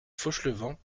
fauchelevent